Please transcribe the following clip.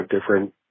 different